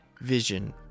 vision